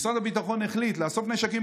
משרד הביטחון החליט לאסוף נשקים